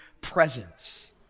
presence